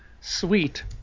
Sweet